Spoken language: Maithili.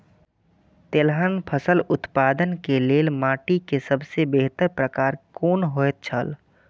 तेलहन फसल उत्पादन के लेल माटी के सबसे बेहतर प्रकार कुन होएत छल?